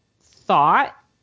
thought